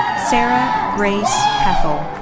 sara grace pethel.